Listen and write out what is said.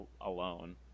alone